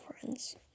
friends